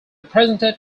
presented